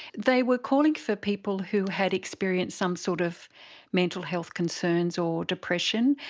they were calling for people who had experienced some sort of mental health concerns or depression.